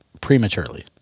prematurely